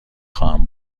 خواهم